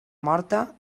morta